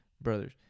brothers